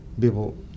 people